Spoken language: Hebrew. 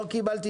לא קיבלתי